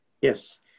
Yes